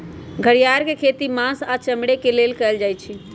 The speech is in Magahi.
घरिआर के खेती मास आऽ चमड़े के लेल कएल जाइ छइ